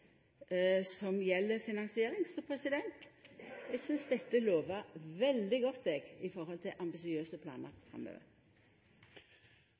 som gjeld finansiering. Så eg synest dette lovar veldig godt, eg, i forhold til ambisiøse planar